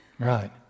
Right